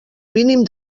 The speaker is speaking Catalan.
mínim